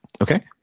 Okay